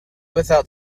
without